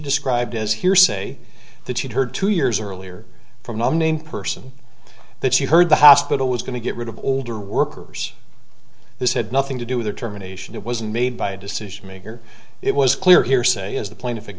described as hearsay that she'd heard two years earlier from the name person that she heard the hospital was going to get rid of older workers this had nothing to do with the terminations it wasn't made by a decision maker it was clear hearsay as the pla